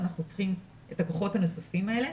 אנחנו צריכים את הכוחות הנוספים האלה